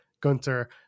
Gunter